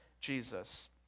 Jesus